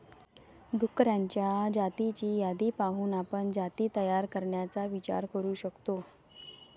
डुक्करांच्या जातींची यादी पाहून आपण जाती तयार करण्याचा विचार करू शकतो